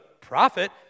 prophet